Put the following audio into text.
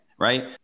right